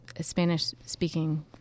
Spanish-speaking